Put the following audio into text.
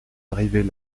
arrivés